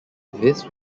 this